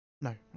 No